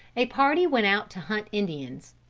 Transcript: a party went out to hunt indians.